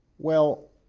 well,